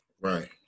Right